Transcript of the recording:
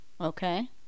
Okay